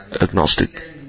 agnostic